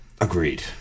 Agreed